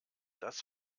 das